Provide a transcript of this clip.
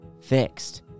fixed